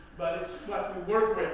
but it's work